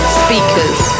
speakers